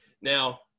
Now